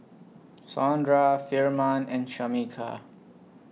Saundra Firman and Shameka